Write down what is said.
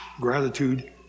gratitude